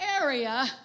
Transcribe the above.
area